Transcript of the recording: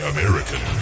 American